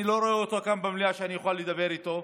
אני לא רואה אותו כאן במליאה כדי שאוכל לדבר איתו.